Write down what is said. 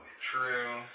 True